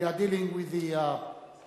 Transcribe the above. We are dealing with the Holocaust,